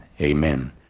Amen